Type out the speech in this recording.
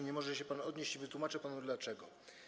Nie może się pan odnieść i wytłumaczę panu dlaczego.